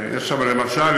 יש שם, למשל,